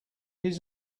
his